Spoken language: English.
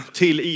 till